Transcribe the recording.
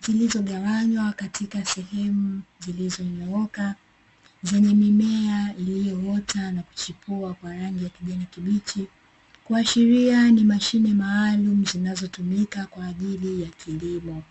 zilizo gawanywa katika sehemu zilizo nyooka, zenye mimea iliyoota na kuchipua kwa rangi ya kijani kibichi, kuashiria ni mashine maalumu zinazo tumika kwa ajili ya kilimo.